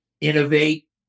innovate